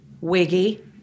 Wiggy